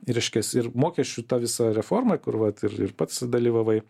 reiškias ir mokesčių ta visa reforma kur vat ir ir pats dalyvavai